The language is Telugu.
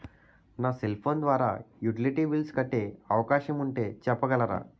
నా సెల్ ఫోన్ ద్వారా యుటిలిటీ బిల్ల్స్ కట్టే అవకాశం ఉంటే చెప్పగలరా?